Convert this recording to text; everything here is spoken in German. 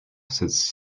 sitzt